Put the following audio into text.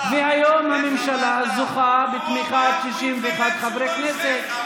והיום הממשלה זוכה בתמיכה של 61 חברי כנסת.